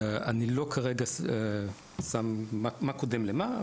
אני לא אומר כרגע מה קודם למה,